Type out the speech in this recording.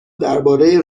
درباره